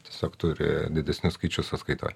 tiesiog turi didesnius skaičius sąskaitoj